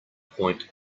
point